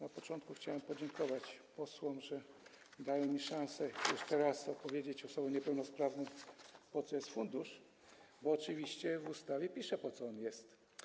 Na początku chciałem podziękować posłom, że dają mi szansę jeszcze raz odpowiedzieć osobom niepełnosprawnym, po co jest fundusz, bo oczywiście w ustawie jest napisane, po co on jest.